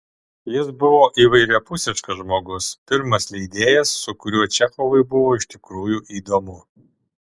jis buvo įvairiapusiškas žmogus pirmas leidėjas su kuriuo čechovui buvo iš tikrųjų įdomu